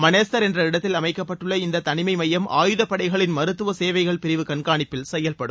மனேஸர் என்ற இடத்தில் அமைக்கப்பட்டுள்ள இந்த தனிமை எமயம் ஆயுதப்படைகளின் மருததுவ சேவைகள் பிரிவு கண்காணிப்பில் செயல்படும்